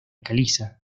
caliza